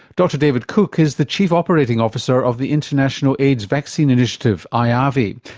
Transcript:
dr david cook is the chief operating officer of the international aids vaccine initiative ah iavi.